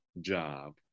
job